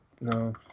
No